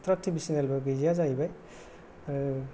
extra T V channel बो गैजाया जाहैबाय